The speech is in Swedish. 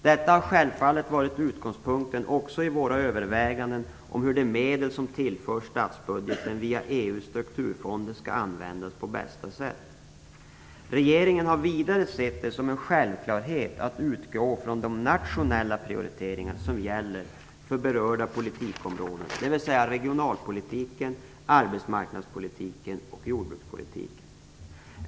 Detta har självfallet varit utgångspunkten också i våra överväganden om hur de medel som tillförs statsbudgeten via EU:s strukturfonder skall användas på bästa sätt. Regeringen har vidare sett det som en självklarhet att utgå från de nationella prioriteringar som gäller för berörda politikområden, dvs. regionalpolitiken, arbetsmarknadspolitiken och jordbrukspolitiken.